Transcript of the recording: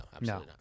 No